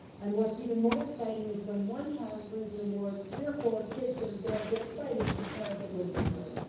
and what's even more exciting is when one child wins an and award, three or four kids that are there get excited for the child that wins the award.